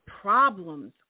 problems